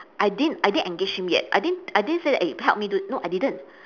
I didn't I didn't engage him yet I didn't I didn't say that eh help me do no I didn't